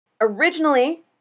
Originally